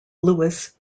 louis